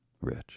rich